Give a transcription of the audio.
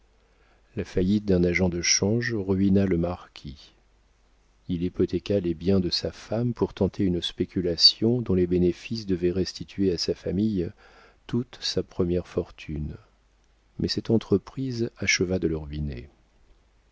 la faillite d'un agent de change ruina le marquis il hypothéqua les biens de sa femme pour tenter une spéculation dont les bénéfices devaient restituer à sa famille toute sa première fortune mais cette entreprise acheva de le ruiner